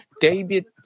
David